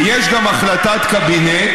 ויש גם החלטת קבינט